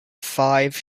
five